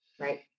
Right